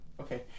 okay